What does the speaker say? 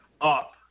up